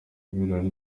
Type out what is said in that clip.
ibirori